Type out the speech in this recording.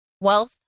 Wealth